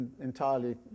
entirely